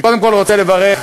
אני קודם כול רוצה לברך,